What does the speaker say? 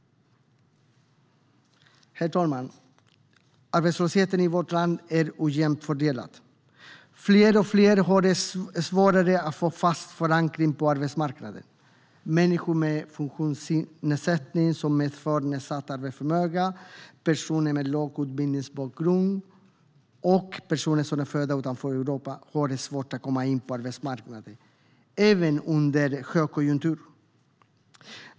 Arbetslösheten i vårt land är ojämnt fördelad. Allt fler får svårare att få fast förankring på arbetsmarknaden. Människor med funktionsnedsättning som medför nedsatt arbetsförmåga, personer med låg utbildningsbakgrund och personer som är födda utanför Europa har svårt att komma in på arbetsmarknaden, även under högkonjunktur.